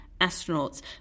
astronauts